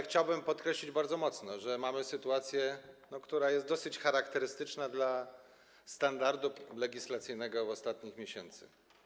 Chciałbym podkreślić bardzo mocno, że mamy sytuację, która jest dosyć charakterystyczna dla standardu legislacyjnego w ostatnich miesiącach.